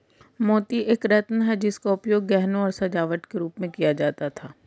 मोती एक रत्न है जिसका उपयोग गहनों और सजावट के रूप में किया जाता था